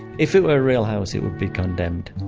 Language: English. if it were a real house, it would be condemned